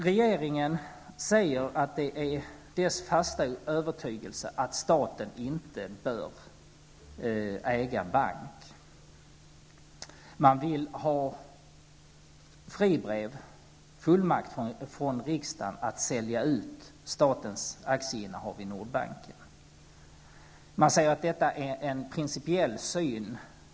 Regeringen säger att det är dess fasta övertygelse att staten inte bör äga en bank. Man vill ha fribrev, fullmakt från riksdagen, att sälja ut statens aktieinnehav i Nordbanken. Man säger att detta är en principiell syn.